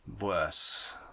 worse